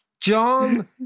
John